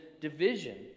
division